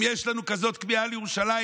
אם יש לנו כזאת כמיהה לירושלים,